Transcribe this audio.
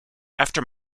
after